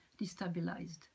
destabilized